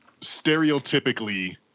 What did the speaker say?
stereotypically